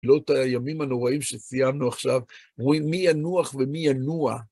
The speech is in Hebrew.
בתפילות הימים הנוראים שסיימנו עכשיו, אומרים מי ינוח ומי ינוע.